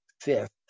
fifth